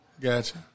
Gotcha